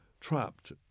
trapped